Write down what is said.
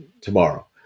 tomorrow